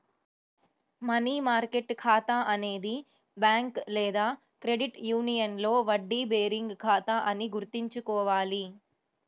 money market ఖాతా అనేది bank లేదా క్రెడిట్ యూనియన్లో వడ్డీ బేరింగ్ ఖాతా అని గుర్తుంచుకోవాలి